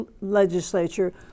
legislature